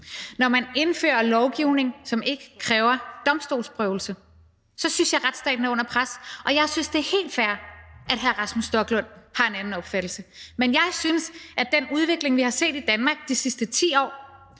når man indfører lovgivning, som ikke kræver domstolsprøvelse, så synes jeg, at retsstaten er under pres. Og jeg synes, det er helt fair, at hr. Rasmus Stoklund har en anden opfattelse. Jeg synes, at den udvikling, vi har set i Danmark de sidste 10 år,